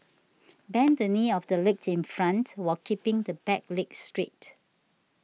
bend the knee of the leg in front while keeping the back leg straight